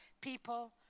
people